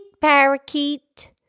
parakeet